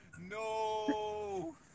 No